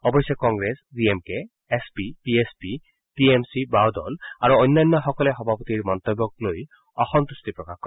অৱশ্যে Congress D M K S P B S P T M C বাঁও দল আৰু অন্যান্যসকলে সভাপতিৰ মন্তব্যক লৈ অসম্ভট্টি প্ৰকাশ কৰে